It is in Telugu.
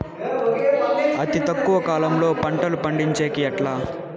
అతి తక్కువ కాలంలో పంటలు పండించేకి ఎట్లా?